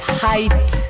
height